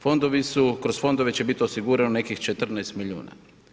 Fondovi su, kroz fondove će biti osigurano nekih 14 milijuna.